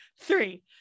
three